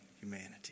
humanity